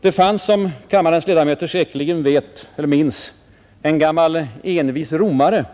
Det fanns, som kammarens ledamöter säkerligen minns, en gammal envis romare,